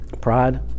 Pride